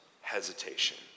hesitation